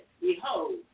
Behold